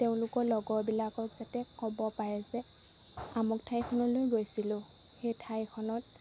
তেওঁলোকৰ লগৰবিলাকক যাতে ক'ব পাৰে যে আমুক ঠাইখনলৈ গৈছিলোঁ সেই ঠাইখনত